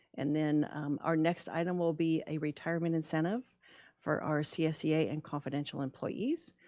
and then our next item will be a retirement incentive for our csea and confidential employees.